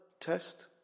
test